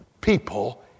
people